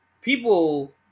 people